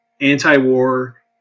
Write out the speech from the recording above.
anti-war